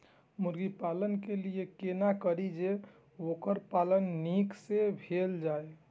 मुर्गी पालन के लिए केना करी जे वोकर पालन नीक से भेल जाय?